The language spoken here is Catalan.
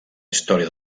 història